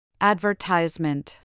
Advertisement